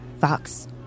fox